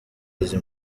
izi